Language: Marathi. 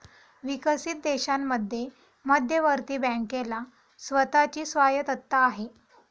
विकसित देशांमध्ये मध्यवर्ती बँकेला स्वतः ची स्वायत्तता आहे